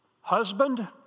Husband